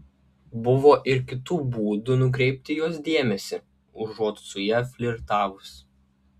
buvo ir kitų būdų nukreipti jos dėmesį užuot su ja flirtavus